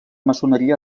maçoneria